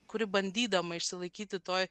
kuri bandydama išsilaikyti toj